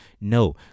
no